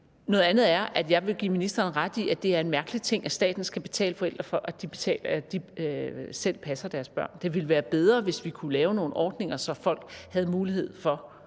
Noget andet er, at jeg vil give ministeren ret i, at det er en mærkelig ting, at staten skal betale forældre for, at de selv passer deres børn. Det ville være bedre, hvis vi kunne lave nogle ordninger, så folk havde mulighed for